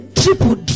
triple